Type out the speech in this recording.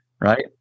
Right